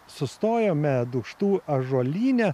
sustojome dūkštų ąžuolyne